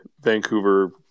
Vancouver